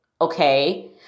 Okay